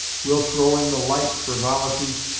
we'll throw in the light frivol'ties,